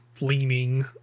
leaning